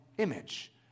Image